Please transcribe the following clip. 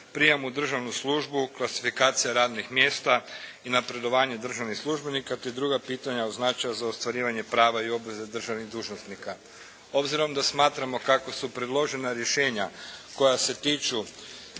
prijem u državnu službu, klasifikacija radnih mjesta i napredovanje državnih službenika, te druga pitanja od značaja za ostvarivanje prava i obveza državnih dužnosnika. Obzirom da smatramo kako su predložena rješenja koja se tiču